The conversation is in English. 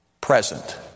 Present